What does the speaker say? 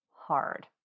hard